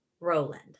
Roland